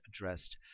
addressed